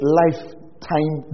lifetime